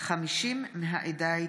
חמורים ופרדים ולהגנתם,